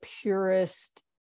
purest